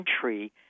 country